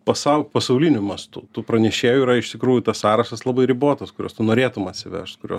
pasaul pasauliniu mastu tų pranešėjų yra iš tikrųjų tas sąrašas labai ribotas kuriuos tu norėtum atsivežt kuriuos